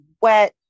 wet